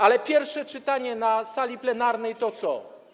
Ale pierwsze czytanie na sali plenarnej to co?